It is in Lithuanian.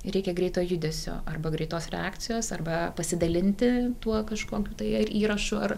reikia greito judesio arba greitos reakcijos arba pasidalinti tuo kažkokiu tai ar įrašu ar